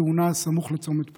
בתאונה סמוך לצומת פולג.